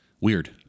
weird